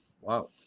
Wow